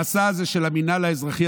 המסע הזה של המינהל האזרחי,